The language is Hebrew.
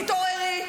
תתעוררי.